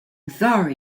sorry